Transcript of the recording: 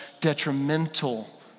detrimental